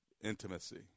intimacy